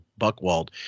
Buckwald